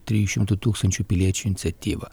trijų šimtų tūkstančių piliečių iniciatyvą